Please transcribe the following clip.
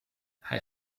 hij